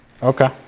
Okay